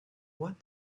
what